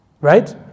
Right